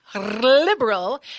liberal